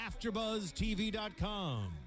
AfterBuzzTV.com